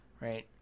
Right